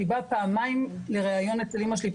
היא באה פעמיים לריאיון אצל אמא שלי,